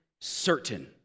certain